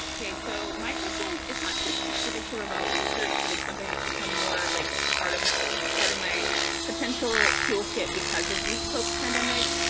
ah so my question it's not just specific to remote research, but it's something that's become more like a part of my part of my potential toolkit because of this pandemic.